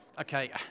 Okay